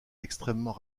extrêmement